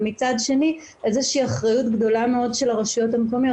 מצד שני איזושהי אחריות גדולה מאוד של הרשויות המקומיות.